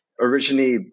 Originally